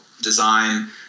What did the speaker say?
design